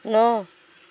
ন